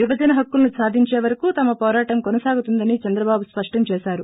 విభజన్ హక్కులను సాదించే వరుకు తమ వోరాటం కోనసాగుతుందని చంద్ర బాబు స్పష్టం చేసారు